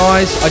Guys